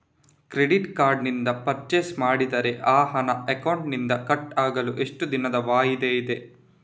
Credit card ನಿಂದ purchase ಮಾಡಿದರೆ ಆ ಹಣ ಅಕೌಂಟಿನಿಂದ ಕಟ್ ಆಗಲು ಎಷ್ಟು ದಿನದ ವಾಯಿದೆ ಇದೆ?